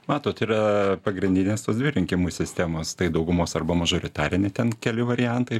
matot yra pagrindinės tos dvi rinkimų sistemos tai daugumos arba mažoritarinė ten keli variantai